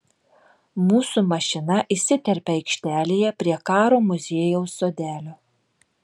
mūsų mašina įsiterpia aikštelėje prie karo muziejaus sodelio